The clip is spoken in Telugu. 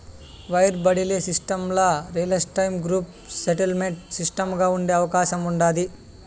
వైర్ బడిలీ సిస్టమ్ల రియల్టైము గ్రూప్ సెటిల్మెంటు సిస్టముగా ఉండే అవకాశం ఉండాది